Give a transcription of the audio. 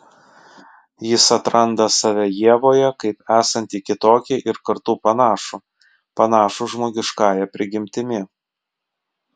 jis atranda save ievoje kaip esantį kitokį ir kartu panašų panašų žmogiškąja prigimtimi